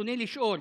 ברצוני לשאול: